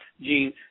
Gene